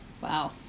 Wow